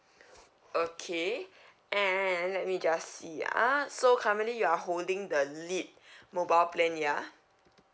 okay and let me just see ah so currently you're holding the lead mobile plan ya